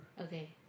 Okay